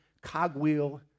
cogwheel